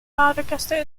badegäste